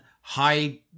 high